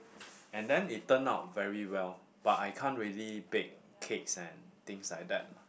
and then it turn out very well but I can't really bake cakes and things like that lah